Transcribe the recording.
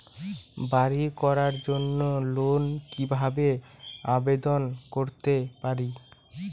বাড়ি করার জন্য লোন কিভাবে আবেদন করতে পারি?